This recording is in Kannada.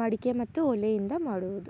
ಮಡಿಕೆ ಮತ್ತು ಒಲೆಯಿಂದ ಮಾಡುವುದು